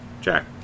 Jack